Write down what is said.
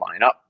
lineup